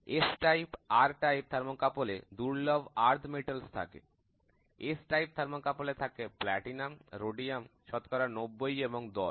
S ধরন R ধরন S type R type থার্মোকাপলএ দুর্লভ ভূমি ধাতু থাকে S ধরন থার্মোকাপলএ থাকে প্লাটিনাম শতকরা 90 এবং রোডিয়াম শতকরা 10